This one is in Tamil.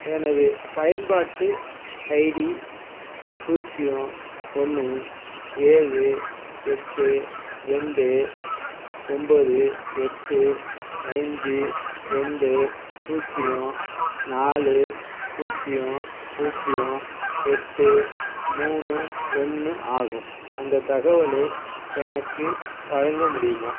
எனது பயன்பாட்டு ஐடி பூஜ்ஜியம் ஒன்று ஏழு எட்டு ரெண்டு ஒன்போது எட்டு ஐஞ்சு ரெண்டு பூஜ்ஜியம் நாலு பூஜ்ஜியம் பூஜ்ஜியம் எட்டு மூணு ஒன்னு ஆகும் அந்தத் தகவலை எனக்கு வழங்க முடியுமா